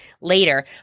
later